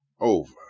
over